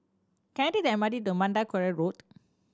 can I take the M R T to Mandai Quarry Road